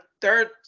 third